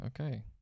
okay